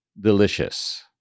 delicious